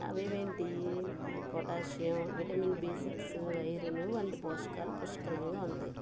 అవి ఏంటియి potassium vitamin B six iron వంటి పోషకాలు పుష్కలంగా ఉంటాయి